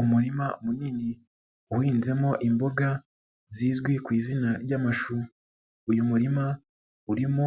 Umurima munini uhinzemo imboga, zizwi ku izina ry'amashu. Uyu murima urimo